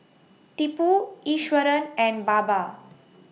Tipu Iswaran and Baba